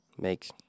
make